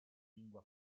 lingua